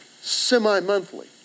semi-monthly